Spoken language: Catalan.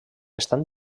estan